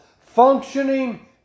functioning